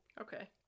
Okay